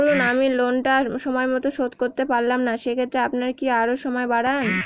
ধরুন আমি লোনটা সময় মত শোধ করতে পারলাম না সেক্ষেত্রে আপনার কি আরো সময় বাড়ান?